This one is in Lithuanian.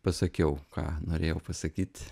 pasakiau ką norėjau pasakyt